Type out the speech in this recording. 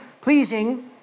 pleasing